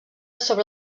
sobre